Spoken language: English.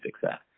success